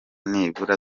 nibura